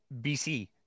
BC